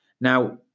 Now